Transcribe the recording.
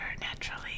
naturally